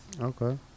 Okay